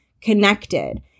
connected